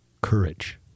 courage